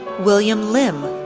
william lim,